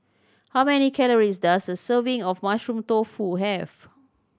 how many calories does a serving of Mushroom Tofu have